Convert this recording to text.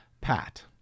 Pat